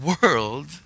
world